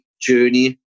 journey